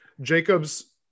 Jacobs